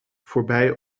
voorbij